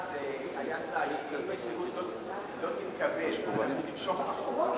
אם ההסתייגות לא תתקבל האוצר ואני נמשוך את החוק.